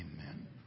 Amen